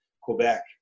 Quebec